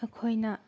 ꯑꯩꯈꯣꯏꯅ